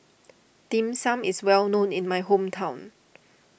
Dim Sum is well known in my hometown